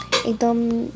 एकदम